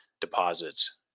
deposits